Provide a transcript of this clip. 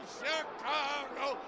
¡Chicago